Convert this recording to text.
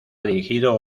dirigido